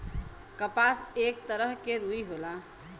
कपास एक तरह के रुई होला